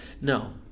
no